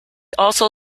also